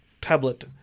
tablet